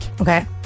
Okay